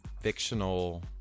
fictional